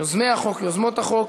יוזמי החוק, יוזמות החוק.